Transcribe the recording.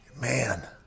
Man